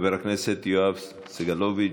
חבר הכנסת יואב סגלוביץ',